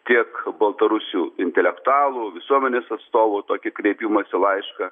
tiek baltarusių intelektualų visuomenės atstovų tokį kreipimąsi laišką